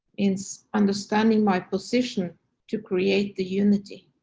in so understanding my position to create the unity.